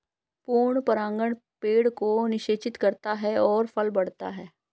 पूर्ण परागण पेड़ को निषेचित करता है और फल बढ़ता है